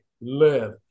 live